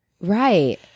right